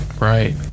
Right